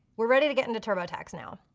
we're ready to get into turbotax now.